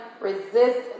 Resist